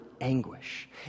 anguish